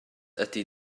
ydy